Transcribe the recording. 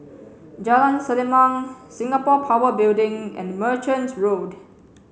Jalan Selimang Singapore Power Building and Merchant Road